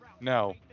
No